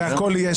לא.